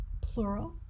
plural